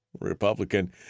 Republican